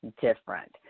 different